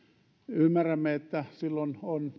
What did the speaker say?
ymmärrämme että silloin on